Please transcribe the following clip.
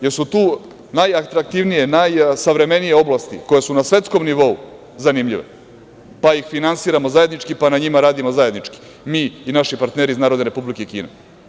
Jesu li tu najatraktivnije, najsavremenije oblasti koje su na svetskom nivou zanimljive, pa ih finansiramo zajednički, pa na njima radimo zajednički, mi i naši partneri iz Narodne Republike Kine?